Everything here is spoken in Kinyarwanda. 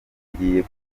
njyiye